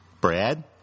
Brad